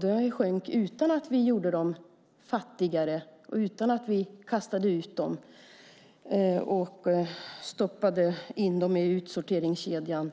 Det sjönk utan att vi gjorde dem fattigare och utan att vi kastade ut dem och stoppade in dem i utsorteringskedjan.